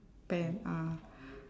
pant ah